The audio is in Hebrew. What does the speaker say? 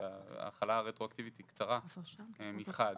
שההחלה הרטרואקטיבית היא קצרה מחד,